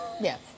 Yes